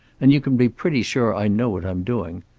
and you can be pretty sure i know what i'm doing.